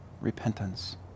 repentance